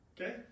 Okay